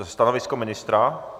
Stanovisko ministra?